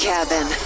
Cabin